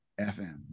FM